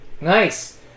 Nice